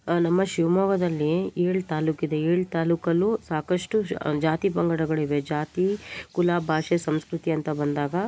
ನಮ್ಮ ಶಿವಮೊಗ್ಗದಲ್ಲಿ ಏಳು ತಾಲೂಕು ಇದೆ ಏಳು ತಾಲೂಕಲ್ಲೂ ಸಾಕಷ್ಟು ಶ್ ಜಾತಿ ಪಂಗಡಗಳಿವೆ ಜಾತಿ ಕುಲ ಭಾಷೆ ಸಂಸ್ಕೃತಿ ಅಂತ ಬಂದಾಗ